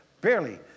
Barely